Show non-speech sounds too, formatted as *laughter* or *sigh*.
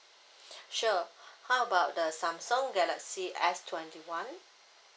*breath* sure *breath* how about the Samsung galaxy S twenty one